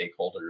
stakeholders